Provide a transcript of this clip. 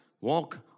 walk